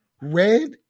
Red